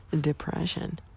depression